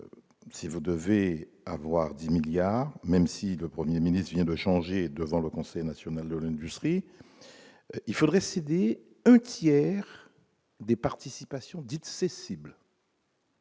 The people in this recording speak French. si je devais avoir 10 milliards même si le 1er ministre vient de changer, devant le Conseil national de l'industrie, il faudrait céder un tiers des participations dites ses cibles.